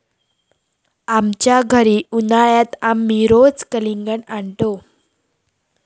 आमच्या घरी उन्हाळयात आमी रोज कलिंगडा हाडतंव